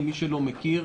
למי שלא מכיר,